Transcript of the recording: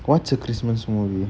what's a christmas movie